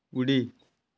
उडी